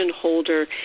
holder